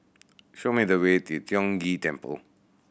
show me the way to Tiong Ghee Temple